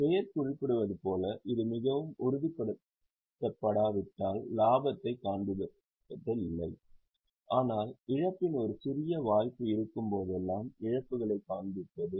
பெயர் குறிப்பிடுவது போல இது மிகவும் உறுதிப்படுத்தப்படாவிட்டால் லாபத்தைக் காண்பிப்பதில்லை ஆனால் இழப்பின் ஒரு சிறிய வாய்ப்பு இருக்கும் போதெல்லாம் இழப்புகளைக் காண்பிப்பது